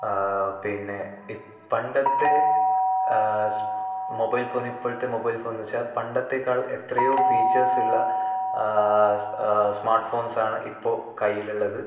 പിന്നെ ഇ പണ്ടത്തെ സ്മ മൊബൈൽ ഫോൺ ഇപ്പോഴത്തെ മൊബൈൽ ഫോണെന്ന് വെച്ചാൽ പണ്ടത്തേക്കാൾ എത്രയോ ഫീച്ചേസ്സുള്ള സ്മാട്ട് ഫോൺസ്സാണ് ഇപ്പോൾ കൈയ്യിലുള്ളത്